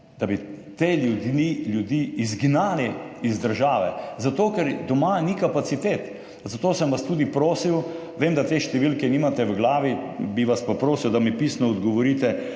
na stara leta izgnali iz države zato, ker doma ni kapacitet. Zato sem vas tudi prosil, vem, da te številke nimate v glavi, bi vas pa prosil, da mi pisno odgovorite